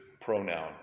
pronoun